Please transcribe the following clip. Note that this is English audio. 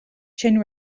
chain